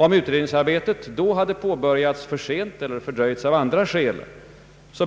Om utredningsarbetet då påbörjades för sent eller fördröjdes av andra skäl,